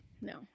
No